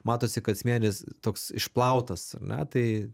matosi kad smėlis toks išplautas ar ne tai